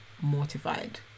mortified